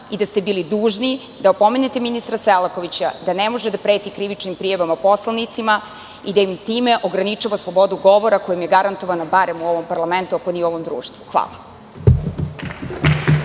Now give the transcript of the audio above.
i da ste bili dužni da opomenete ministra Selakovića da ne može da preti krivičnim prijavama poslanicima i da im time ograničava slobodu govora koja je garantovana, barem u ovom parlamentu, ako ne u ovom društvu. Hvala.